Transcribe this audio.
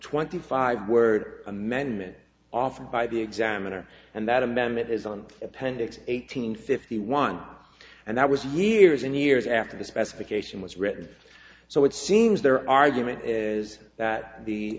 twenty five word amendment offered by the examiner and that amendment is on appendix eight hundred fifty one and that was years and years after the specification was written so it seems their argument is that the